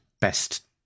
best